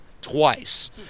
twice